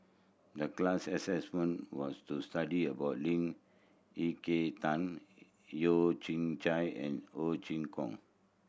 the class assignment was to study about Lee Ek Tieng Yeo Kian Chye and Ho Chee Kong